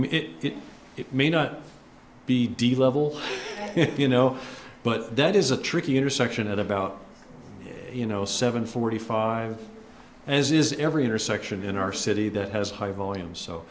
it may not be deal of all you know but that is a tricky intersection at about you know seven forty five as is every intersection in our city that has high volume so